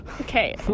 Okay